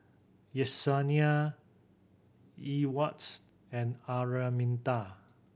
Yesenia Ewart and Araminta